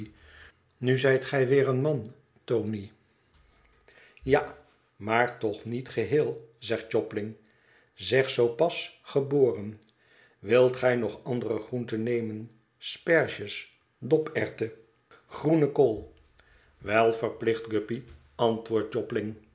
nu zijt ge weer een man tony ja maar toch niet geheel zegt jobling zeg zoo pas geboren wilt gij ook nog andere groenten nemen sperges doperwten groene kool wel verplicht guppy antwoordt